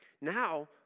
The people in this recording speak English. Now